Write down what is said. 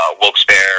Wilkes-Barre